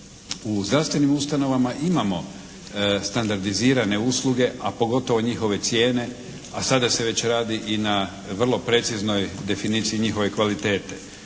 u zdravstvenim ustanovama imamo standardizirane usluge, a pogotovo njihove cijene, a sada se već radi i na vrlo preciznoj definiciji njihove kvalitete.